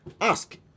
Ask